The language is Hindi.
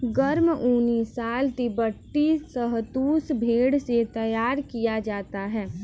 गर्म ऊनी शॉल तिब्बती शहतूश भेड़ से तैयार किया जाता है